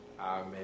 Amen